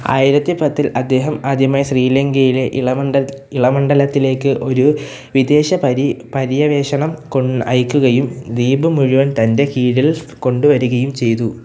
ആയിരത്തി പത്തിൽ അദ്ദേഹം ആദ്യമായി ശ്രീലങ്കയിലെ ഇലാമണ്ഡ ഇളമണ്ഡലത്തിലേക്ക് ഒരു വിദേശപര്യവേഷണം കൊണ്ട് അയയ്ക്കുകയും ദ്വീപ് മുഴുവൻ തൻ്റെ ഭരണത്തിൻകീഴിൽ കൊണ്ടുവരികയും ചെയ്തു